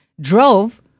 drove